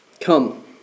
Come